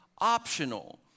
optional